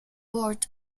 maryland